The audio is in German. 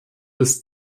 ist